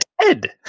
dead